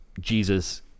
Jesus